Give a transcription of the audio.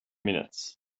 minutes